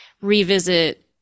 revisit